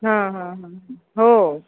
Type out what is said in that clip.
हां हां हां हो